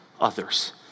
others